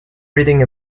reading